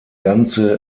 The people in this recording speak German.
ganze